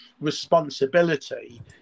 responsibility